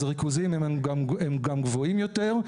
אז הריכוזים הם גם גבוהים יותר.